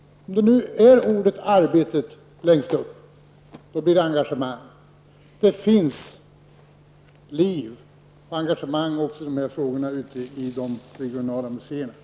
Om ordet ''Arbetet'' står längst upp, då blir det engagemang. Men det finns liv och engagemang i dessa frågor också ute i de regionala museerna.